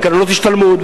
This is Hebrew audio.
בקרנות השתלמות,